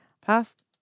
past